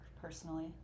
personally